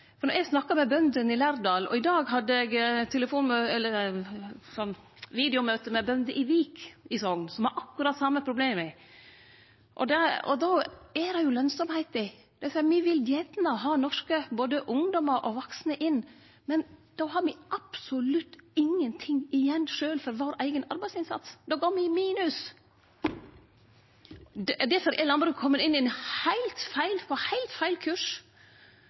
Når eg snakkar med bøndene i Lærdal – og i dag hadde eg videomøte med bønder i Vik i Sogn, som har akkurat det same problemet – då gjeld det lønsamheita. Dei seier: Me vil gjerne ha både norske ungdommar og norske vaksne inn, men då har me absolutt ingenting igjen sjølv for vår eigen arbeidsinnsats. Då går me i minus. Difor er landbruket kome inn på ein heilt feil kurs – ein heilt feil kurs.